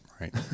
right